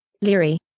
Leary